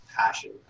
passion